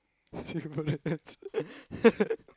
Singaporeans